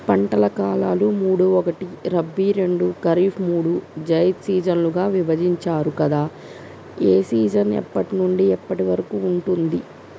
పంటల కాలాలు మూడు ఒకటి రబీ రెండు ఖరీఫ్ మూడు జైద్ సీజన్లుగా విభజించారు కదా ఏ సీజన్ ఎప్పటి నుండి ఎప్పటి వరకు ఉంటుంది?